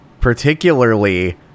particularly